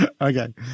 Okay